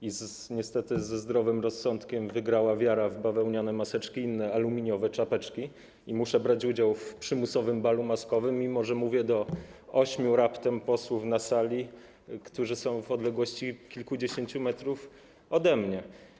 Ale niestety ze zdrowym rozsądkiem wygrała wiara w bawełniane maseczki i inne aluminiowe czapeczki i muszę brać udział w przymusowym balu maskowym, mimo że mówię raptem do ośmiu posłów na sali, którzy są w odległości kilkudziesięciu metrów ode mnie.